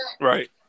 Right